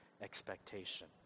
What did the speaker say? expectation